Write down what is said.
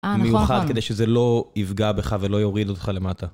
אה נכון, במיוחד כדי שזה לא יפגע בך ולא יוריד אותך למטה.